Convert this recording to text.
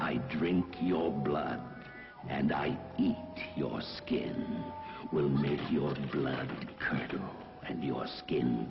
i drink your blood and i your skin will make your blood and your skin